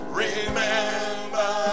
remember